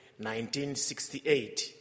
1968